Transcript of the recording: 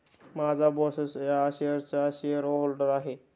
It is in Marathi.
माझा बॉसच या शेअर्सचा शेअरहोल्डर आहे